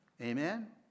Amen